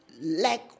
lack